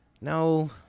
No